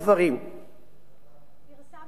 פרסמתם את זה בחשכת הלילה,